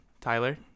Tyler